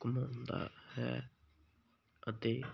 ਘੁੰਮਾਉਂਦਾ ਹੈ ਅਤੇ